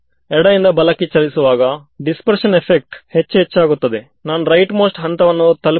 so ಎಲ್ಲಾ approximation ನ್ನು ಇದರ ಒಳಗೆ ಸಬ್ಟ್ಯೂಟ್ ಮಾಡಬಹುದು